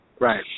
right